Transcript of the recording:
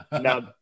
now